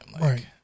Right